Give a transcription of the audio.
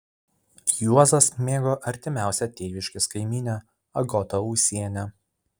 juozas mėgo artimiausią tėviškės kaimynę agotą ūsienę